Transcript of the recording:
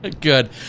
Good